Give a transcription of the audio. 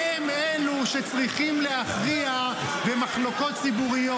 -- והם אלה שצריכים להכריע במחלוקות ציבוריות.